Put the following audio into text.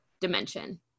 dimension